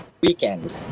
weekend